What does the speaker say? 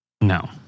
no